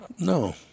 No